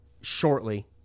shortly